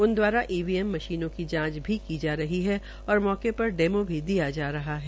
उन द्वारा ईवीएम मशीनों की जांच भी की जा रही है और मौके पर डैमो भी दिया जा रहा है